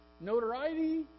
notoriety